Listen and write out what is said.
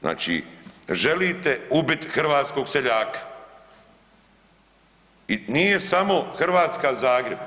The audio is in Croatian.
Znači, želite ubit hrvatskog seljaka i nije samo Hrvatska Zagreb.